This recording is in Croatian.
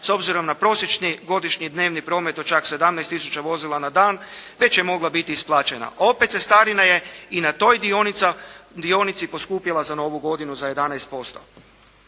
s obzirom na prosječni godišnji dnevni promet od čak 17 tisuća vozila na dan već je mogla biti isplaćena. Opet cestarina je i na toj dionici poskupjela za Novu godinu za 11%.